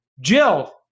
Jill